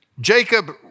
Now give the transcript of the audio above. Jacob